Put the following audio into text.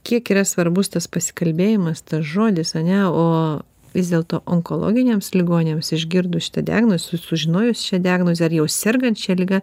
kiek yra svarbus tas pasikalbėjimas tas žodis ane o vis dėlto onkologiniams ligoniams išgirdus diagnozę sužinojus šią diagnozę ar jau sergant šia liga